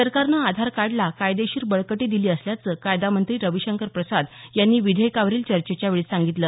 सरकारनं आधार कार्डला कायदेशीर बळकटी दिली असल्याचं कायदा मंत्री रविशंकर प्रसाद यांनी विधेयकावरील चर्चेच्यावेळी सांगितलं